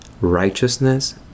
righteousness